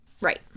Right